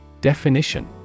Definition